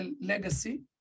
legacy